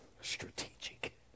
Strategic